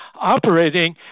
operating